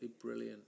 brilliant